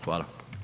Hvala.